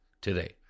today